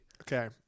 Okay